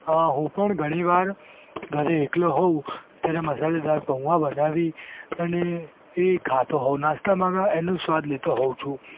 હું પણ ઘણીવાર ઘરે એકલો હોઉં ત્યારે મસાલેદાર પૌવા બનાવી અને એ ખાતો હોઉં નાસ્તામાં પણ એનો સ્વાદ લેતો હોઉં છું